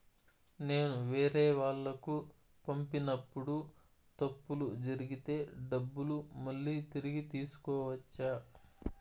నేను వేరేవాళ్లకు పంపినప్పుడు తప్పులు జరిగితే డబ్బులు మళ్ళీ తిరిగి తీసుకోవచ్చా?